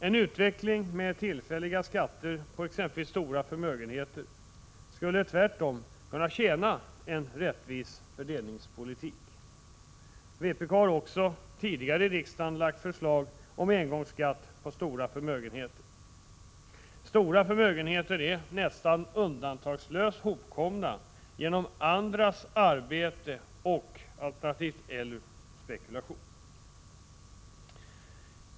En utveckling med tillfälliga skatter på exempelvis stora förmögenheter skulle tvärtom kunna tjäna en rättvis fördelningspolitik. Vpk har också tidigare i riksdagen lagt förslag om engångsskatt på stora förmögenheter. Sådana är nästan undantagslöst hopkomna genom andras arbete och/eller spekulation.